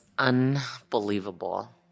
Unbelievable